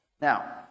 Now